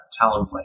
Talonflame